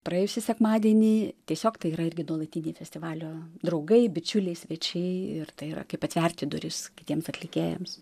praėjusį sekmadienį tiesiog tai yra irgi nuolatiniai festivalio draugai bičiuliai svečiai ir tai yra kaip atverti duris kitiems atlikėjams